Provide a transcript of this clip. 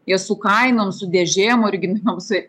jie su kainom su dėžėm originaliom su